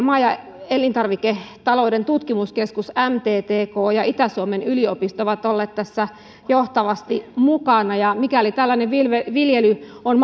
maa ja elintarviketalouden tutkimuskeskus mtt ja itä suomen yliopisto ovat olleet tässä johtavasti mukana mikäli tällainen viljely viljely on